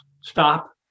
Stop